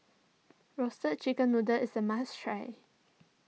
Roasted Chicken Noodle is a must try